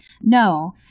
No